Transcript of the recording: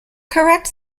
correct